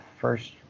first